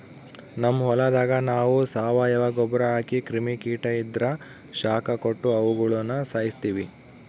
ನಮ್ ಹೊಲದಾಗ ನಾವು ಸಾವಯವ ಗೊಬ್ರ ಹಾಕಿ ಕ್ರಿಮಿ ಕೀಟ ಇದ್ರ ಶಾಖ ಕೊಟ್ಟು ಅವುಗುಳನ ಸಾಯಿಸ್ತೀವಿ